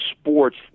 sports